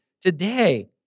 today